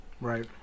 Right